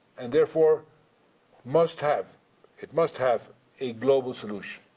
and therefore must have it must have a global solution.